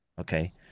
okay